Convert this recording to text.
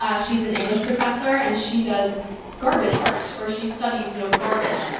ah she's an english professor, and she does garbage arts or she studies you know garbage,